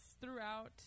throughout